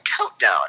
Countdown